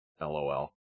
LOL